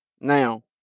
Now